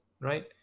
right